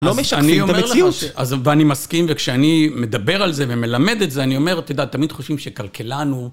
לא משקפים את המציאות. אז אני אומר לך, ואני מסכים, וכשאני מדבר על זה ומלמד את זה, אני אומר, אתה יודע, תמיד חושבים שכלכלן הוא...